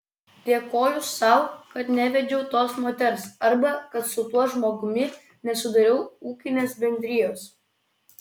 dėkoju sau kad nevedžiau tos moters arba kad su tuo žmogumi nesudariau ūkinės bendrijos